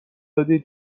دادی